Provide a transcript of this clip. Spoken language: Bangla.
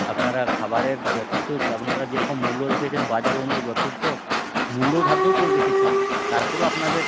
আপনারা খাবারের যথেষ্ট আপনারা যে রকম মূল্য রেখেছেন বাজার অনুযায়ী যথেষ্ট মূল্য ধার্যও করে রেখেছেন তারপরেও আপনাদের